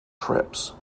trips